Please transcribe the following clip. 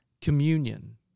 Communion